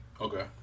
Okay